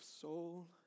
soul